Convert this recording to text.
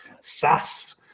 SaaS